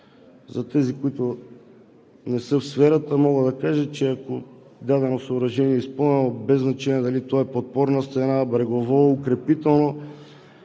За тези, които не са в сферата, мога да кажа, че ако дадено съоръжение е изпълнено, без значение дали то е подпорна стена, брегово, укрепително,